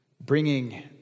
Bringing